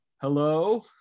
hello